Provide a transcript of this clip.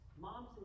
moms